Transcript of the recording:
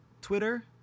Twitter